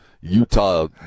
Utah